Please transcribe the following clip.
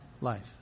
life